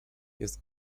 jest